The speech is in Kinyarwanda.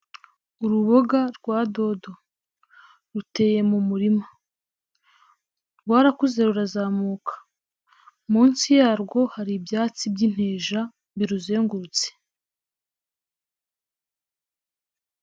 Uruboga rwa dodo ruteye mu murima, rwarakuze rurazamuka, munsi yarwo hari ibyatsi by'inteja biruzengurutse.